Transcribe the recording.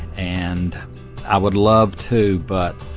and i would love to but.